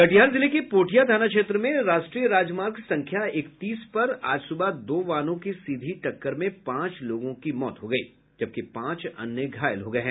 कटिहार जिले के पोठिया थाना क्षेत्र में राष्ट्रीय राजमार्ग संख्या इकतीस पर आज सुबह दो वाहनों की सीधी टक्टर में पांच लोगों की मौत हो गयी जबकि पांच अन्य घायल हो गये हैं